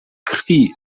krwi